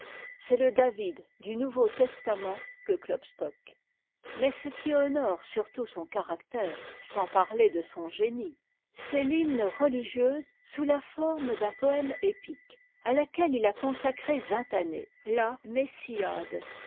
c'est le david du nouveau testament que klopstock mais ce qui honore surtout son caractère sans parler de son génie c'est l'hymne religieuse sousla forme d'un poème épique à laquelle il a consacré vingt années la memm e